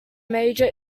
major